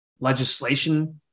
legislation